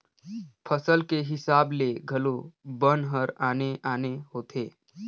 फसल के हिसाब ले घलो बन हर आने आने होथे